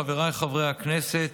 חבריי חברי הכנסת,